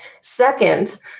Second